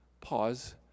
pause